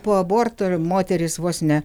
po aborto moterys vos ne